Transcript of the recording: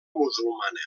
musulmana